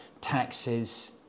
taxes